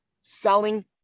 selling